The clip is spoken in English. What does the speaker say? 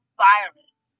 virus